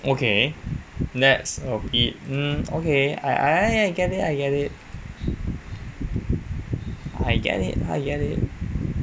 okay that's a bit um okay I get it I get it I get it I get it